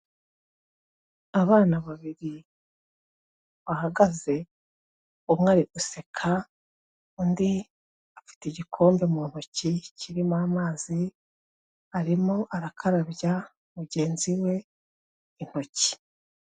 Abana babiri bahagaze umwe ari guseka, undi afite igikombe mu ntoki kirimo amazi, arimo arakarabya mugenzi we intoki.